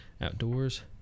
Outdoors